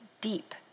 deep